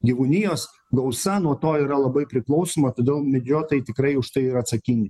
gyvūnijos gausa nuo to yra labai priklausoma todėl medžiotojai tikrai už tai yra atsakingi